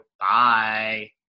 Bye